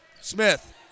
Smith